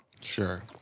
Sure